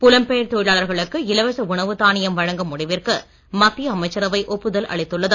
புலம் பெயர் தொழிலாளர்களுக்கு இலவச உணவு தானியம் வழங்கும் முடிவிற்கு மத்திய அமைச்சரவை ஒப்புதல் அளித்துள்ளது